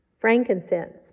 frankincense